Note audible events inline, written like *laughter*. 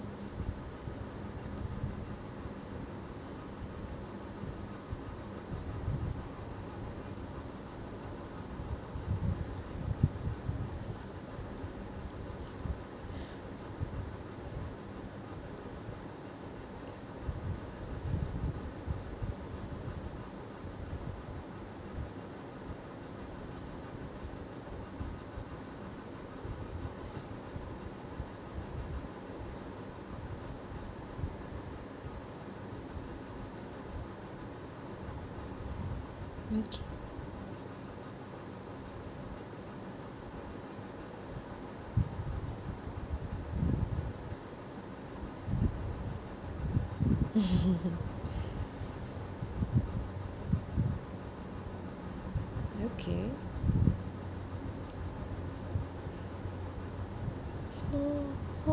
okay *laughs* okay small